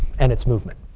and its movement.